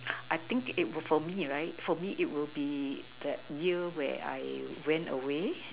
I think it will probably for me right for me it will be that year where I ran away